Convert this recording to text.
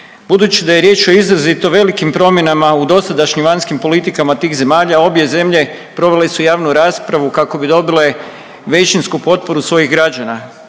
Budući da je riječ o izrazito velikim promjenama u dosadašnjim vanjskim politikama tih zemalja obje zemlje provele su javnu raspravu kako bi dobile većinsku potporu svojih građana